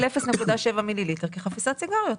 מתייחסים ל-0.7 מיליליטר כאל חפיסת סיגריות.